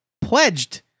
pledged